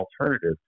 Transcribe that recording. alternative